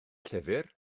llyfr